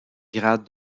grade